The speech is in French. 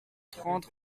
trente